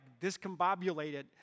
discombobulated